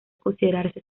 considerarse